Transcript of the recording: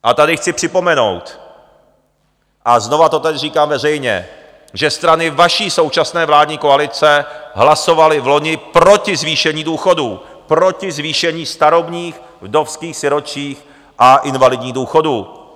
A tady chci připomenout, a znovu to tady říkám veřejně, že strany vaší současné vládní koalice hlasovaly vloni proti zvýšení důchodů, proti zvýšení starobních, vdovských, sirotčích a invalidních důchodů!